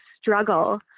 struggle